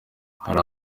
hari